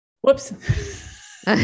Whoops